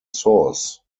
source